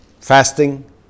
fasting